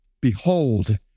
Behold